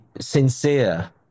sincere